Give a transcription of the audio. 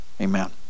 Amen